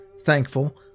Thankful